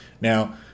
now